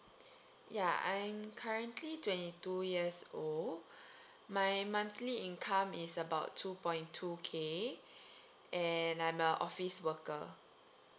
ya I'm currently twenty two years old my monthly income is about two point two K and I'm a office worker